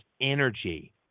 energy